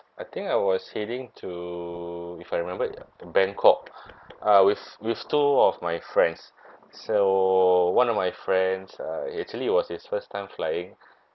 I think I was heading to if I remembered bangkok uh with with two of my friends so one of my friends uh actually it was his first time flying